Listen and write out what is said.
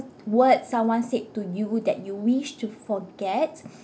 words someone said to you that you wish to forget